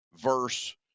verse